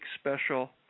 special